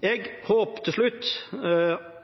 Til slutt: Jeg håper regjeringen snarest kommer til